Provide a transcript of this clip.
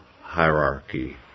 hierarchy